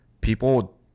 people